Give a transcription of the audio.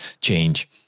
change